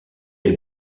les